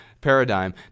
paradigm